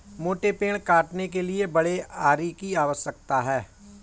मोटे पेड़ काटने के लिए बड़े आरी की आवश्यकता है